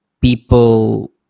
people